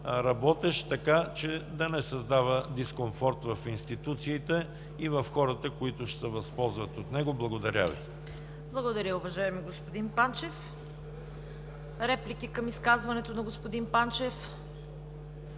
работещ, така че да не създава дискомфорт в институциите и в хората, които ще се възползват от него. Благодаря Ви. ПРЕДСЕДАТЕЛ ЦВЕТА КАРАЯНЧЕВА: Благодаря, уважаеми господин Панчев. Реплики към изказването на господин Панчев?